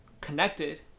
Connected